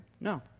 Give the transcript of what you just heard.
No